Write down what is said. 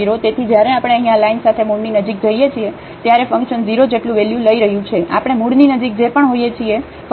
તેથી જ્યારે આપણે અહીં આ લાઇન સાથે મૂળની નજીક જઈએ છીએ ત્યારે ફંક્શન 0 જેટલું વેલ્યુ લઈ રહ્યું છે આપણે મૂળની નજીક જે પણ હોઈએ છીએ ફંક્શન વેલ્યુ લેશે